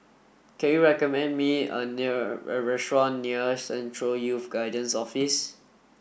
can you recommend me a near restaurant near Central Youth Guidance Office